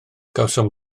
cawsom